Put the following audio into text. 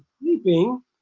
sleeping